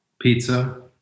Pizza